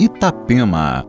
Itapema